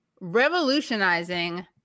revolutionizing